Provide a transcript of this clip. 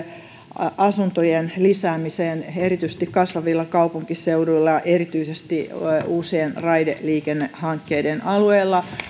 asuntojen lisäämiseen erityisesti kasvavilla kaupunkiseuduilla erityisesti uusien raideliikennehankkeiden alueella